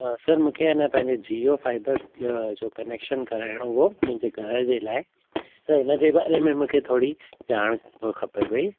sir मूंखे अन पंहिंजे जियो फ़ाइबर जो कनेक्शन कराइणो हुयो मुंहिंजे घर जे लाइ त हिनजे बारे में मूंखे थोरी ॼाण खपे पई